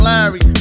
Larry